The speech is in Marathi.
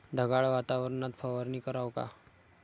ढगाळ वातावरनात फवारनी कराव का?